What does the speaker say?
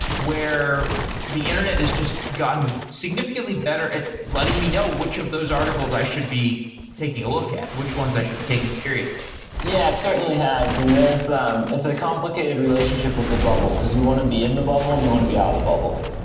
where the internet is just gotten significantly better at letting me know which of those articles i should be taking a look at, which ones i should be taking seriously yeah, certainly has and there is um it's a complicated relationship with the bubble, because you want to be in the bubble and you want to be out of the bubble.